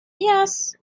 yes